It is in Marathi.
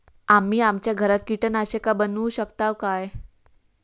आम्ही आमच्या घरात कीटकनाशका बनवू शकताव काय?